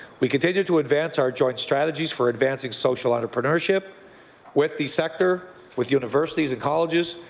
we continue to advance our joint strategies for advancing social entrepreneurship with the sector with universities and colleges,